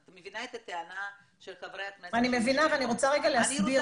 את מבינה את הטענה של חברי הכנסת --- אני מבינה ואני רוצה להסביר